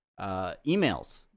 Emails